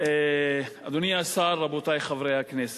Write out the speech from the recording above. אדוני השר, רבותי חברי הכנסת,